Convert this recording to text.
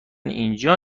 اینجا